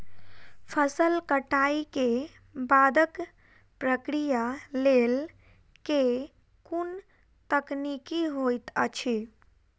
फसल कटाई केँ बादक प्रक्रिया लेल केँ कुन तकनीकी होइत अछि?